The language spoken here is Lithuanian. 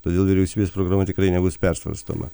todėl vyriausybės programa tikrai nebus persvarstoma